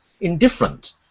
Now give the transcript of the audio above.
indifferent